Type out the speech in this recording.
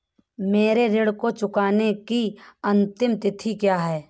मेरे ऋण को चुकाने की अंतिम तिथि क्या है?